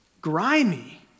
grimy